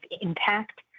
impact